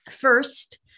First